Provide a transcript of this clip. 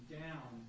down